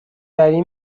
وری